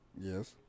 Yes